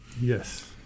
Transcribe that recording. yes